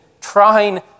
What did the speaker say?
trying